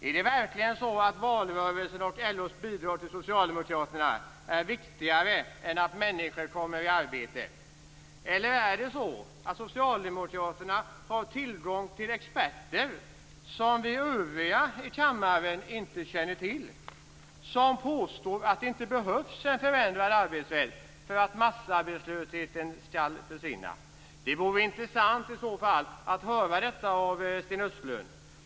Är det verkligen så att valrörelsen och LO:s bidrag till Socialdemokraterna är viktigare än att människor kommer i arbete, eller har Socialdemokraterna tillgång till experter som vi övriga i kammaren inte känner till och som påstår att en förändring av arbetsrätten inte behövs för att massarbetslösheten skall försvinna? Det vore i så fall intressant att höra detta av Sten Östlund.